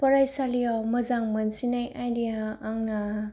फरायसालियाव मोजां मोनसिननाय आयदाया आंना